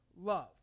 love